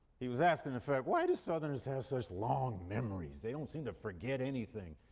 he was asked, in effect, why do southerners have such long memories? they don't seem to forget anything.